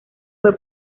fue